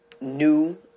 new